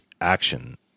action